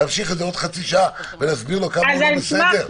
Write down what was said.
נמשיך את זה עוד חצי ונסביר לו כמה הוא לא בסדר?